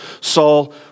Saul